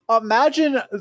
imagine